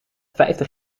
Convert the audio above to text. vijftig